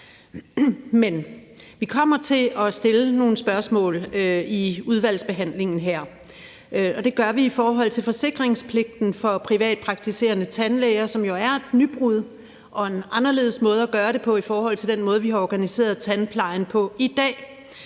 vi kommer til at stille nogle spørgsmål i udvalgsbehandlingen her, og det gør vi i forhold til forsikringspligten for de privatpraktiserende tandlæger, som jo er et nybrud og en anderledes måde at gøre det på i forhold til den måde, vi har organiseret tandplejen på i dag,